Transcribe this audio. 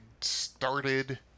started